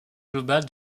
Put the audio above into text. global